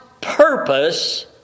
purpose